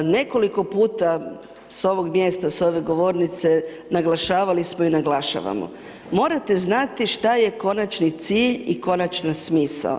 Nekoliko puta s ovog mjesta s ove govornice, naglašavali smo i naglašavamo, morate znati što je konačni cilj i konačni smisao.